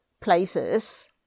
places